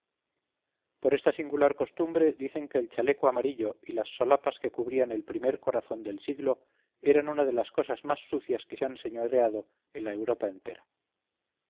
por esta singular costumbre dicen que el chaleco amarillo y las solapas que cubrían el primer corazón del siglo eran una de las cosas más sucias que se han señoreado de la europa entera